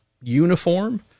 uniform